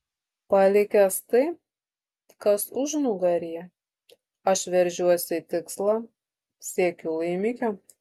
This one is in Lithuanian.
palikęs tai kas užnugaryje aš veržiuosi į tikslą siekiu laimikio